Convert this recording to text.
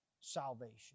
salvation